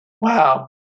Wow